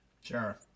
Sure